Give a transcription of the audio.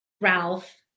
Ralph